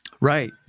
Right